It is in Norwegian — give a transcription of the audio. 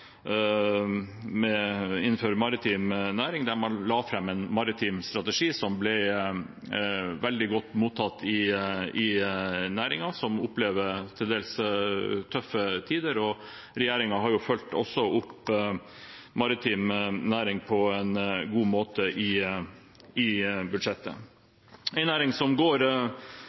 med budsjettet, som har fått stor oppmerksomhet og betydelig støtte. Det samme gjorde regjeringen innenfor den maritime næringen, der man la fram en maritim strategi som ble veldig godt mottatt i næringen, som opplever til dels tøffe tider. Regjeringen har også fulgt opp den maritime næringen på en god måte i budsjettet.